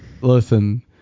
listen